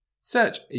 search